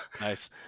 nice